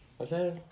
okay